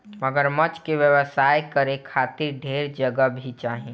मगरमच्छ के व्यवसाय करे खातिर ढेर जगह भी चाही